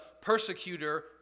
persecutor